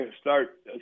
start